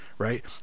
right